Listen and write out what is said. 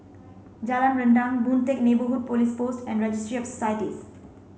Jalan Rendang Boon Teck Neighbourhood Police Post and Registry of Societies